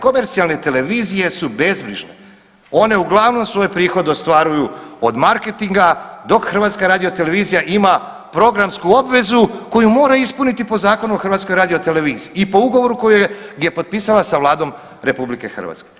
Komercijalne televizije su bezbrižne, one uglavnom svoje prihode ostvaruju od marketinga, dok HRT ima programsku obvezu koju mora ispuniti po Zakonu o HRT-u i po ugovoru koji je potpisala sa Vladom RH.